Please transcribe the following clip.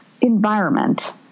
environment